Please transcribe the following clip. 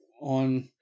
on